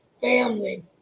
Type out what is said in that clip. family